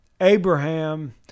Abraham